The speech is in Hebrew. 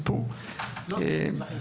בסיפור של תוכנית הלימוד במזרח ירושלים.